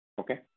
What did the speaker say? okay